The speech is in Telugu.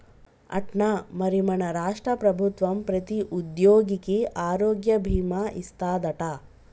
అట్నా మరి మన రాష్ట్ర ప్రభుత్వం ప్రతి ఉద్యోగికి ఆరోగ్య భీమా ఇస్తాదట